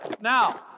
Now